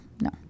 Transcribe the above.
No